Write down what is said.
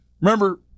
remember